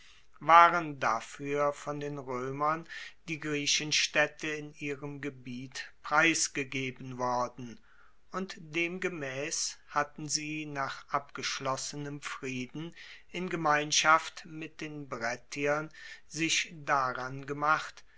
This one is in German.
waren dafuer von den roemern die griechenstaedte in ihrem gebiet preisgegeben worden und demgemaess hatten sie nach abgeschlossenem frieden in gemeinschaft mit den brettiern sich daran gemacht